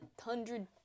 hundred